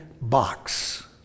box